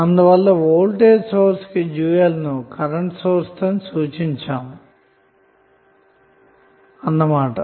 అందువల్ల voltage source కి dual ను కరెంటు సోర్స్ తో సూచించాము అన్న మాట